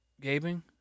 Gaping